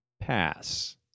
pass